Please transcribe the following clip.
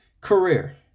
Career